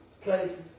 places